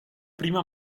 prima